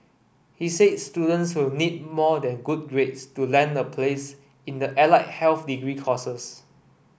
he said students will need more than good grades to land a place in the allied health degree courses